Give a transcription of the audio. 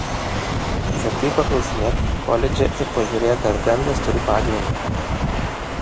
atsargiai paklausinėk koledže ir pažiūrėk ar gandas turi pagrindą